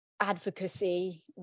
advocacy